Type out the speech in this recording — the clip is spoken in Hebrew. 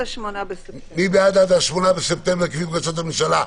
שאר התקנות עד ה-8 בספטמבר לפי בקשת הממשלה?